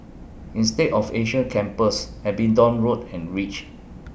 Insead of Asia Campus Abingdon Road and REACH